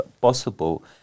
possible